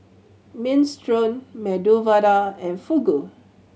Minestrone Medu Vada and Fugu